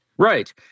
Right